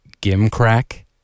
gimcrack